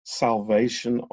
salvation